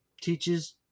teaches